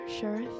Sheriff